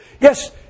yes